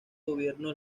gobierno